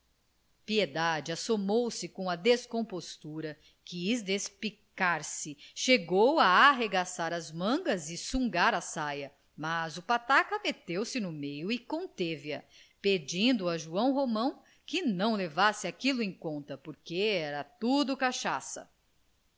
piedade assomou se com a descompostura quis despicar se chegou a arregaçar as mangas e sungar a saia mas o pataca meteu-se no meio e conteve a pedindo a joão romão que não levasse aquilo em conta porque era tudo cachaça